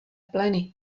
pleny